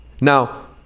Now